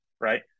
Right